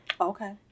Okay